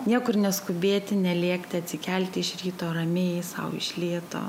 niekur neskubėti nelėkti atsikelti iš ryto ramiai sau iš lėto